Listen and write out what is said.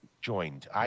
joined